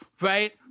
right